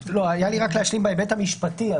לא, היה לי רק להשלים בהיבט המשפטי.